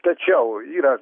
tačiau yra